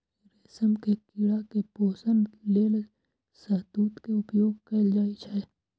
रेशम के कीड़ा के पोषण लेल शहतूत के उपयोग कैल जाइ छै